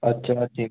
अच्छा ठीक